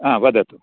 हा वदतु